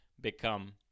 become